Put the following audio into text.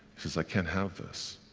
he says, i can't have this.